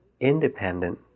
independent